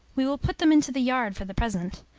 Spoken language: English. we will put them into the yard for the present.